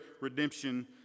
redemption